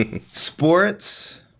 sports